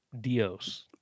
Dios